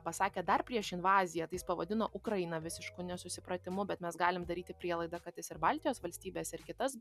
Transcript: pasakė dar prieš invaziją tai jis pavadino ukrainą visišku nesusipratimu bet mes galim daryti prielaidą kad jis ir baltijos valstybes ir kitas